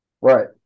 right